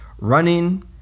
running